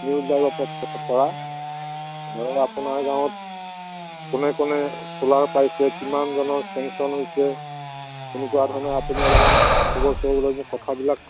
আপোনাৰ গাঁৱত কোনে কোনে ছোলাৰ পাইছে কিমানজনৰ চেংচন হৈছে এনেকুৱা ধৰণে আপুনি অলপমান খবৰ চবৰ লৈ মোক কথাবিলাক